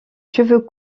cheveux